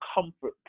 comfort